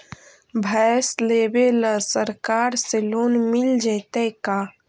भैंस लेबे ल सरकार से लोन मिल जइतै का?